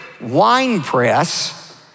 winepress